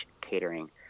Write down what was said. catering